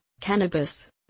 cannabis